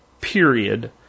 period